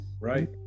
Right